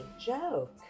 joke